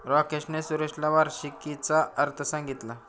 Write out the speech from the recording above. राकेशने सुरेशला वार्षिकीचा अर्थ सांगितला